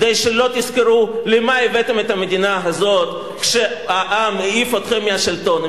כדי שלא תזכרו לְמה הבאתם את המדינה הזאת כשהעם העיף אתכם מהשלטון.